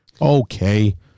Okay